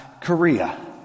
Korea